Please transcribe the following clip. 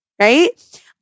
right